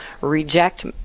reject